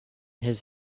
his